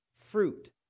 fruit